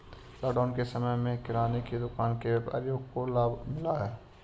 lockdown के समय में किराने की दुकान के व्यापारियों को लाभ मिला है